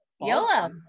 YOLO